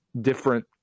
different